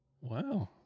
wow